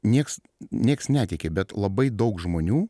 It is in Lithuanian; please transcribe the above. niekas niekas netiki bet labai daug žmonių